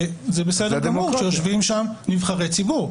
וזה בסדר גמור שיושבים שם נבחרי ציבור.